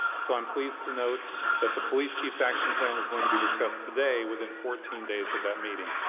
so i'm pleased to note that the police chief's action plan is going to be discussed today, within fourteen days of that meeting.